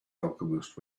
alchemist